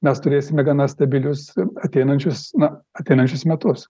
mes turėsime gana stabilius ateinančius na ateinančius metus